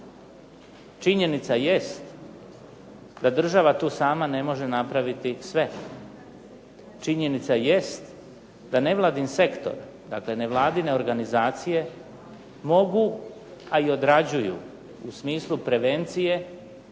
Činjenica jest da država tu sama ne može napraviti sve, činjenica jest da nevladin sektor, nevladine organizacije mogu a i odrađuju u smislu prevencije